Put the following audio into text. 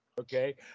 Okay